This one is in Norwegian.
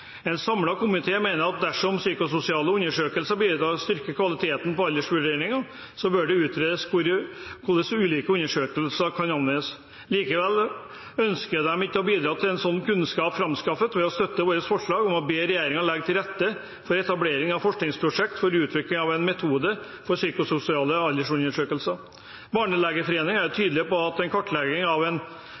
En samlet komité mener at dersom psykososiale undersøkelser bidrar til å styrke kvaliteten på aldersvurderingen, bør det utredes hvordan ulike undersøkelser kan anvendes. Likevel ønsker de ikke å bidra til at slik kunnskap fremskaffes ved å støtte vårt forslag om å be regjeringen legge til rette for etablering av et forskningsprosjekt for utvikling av en metode for psykososiale aldersundersøkelser. Norsk barnelegeforening er tydelig på at en kartlegging av en